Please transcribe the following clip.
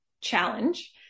challenge